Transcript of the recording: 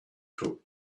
took